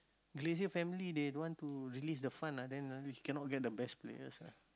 Glazer family they want to release the fund ah then ah which cannot get the best players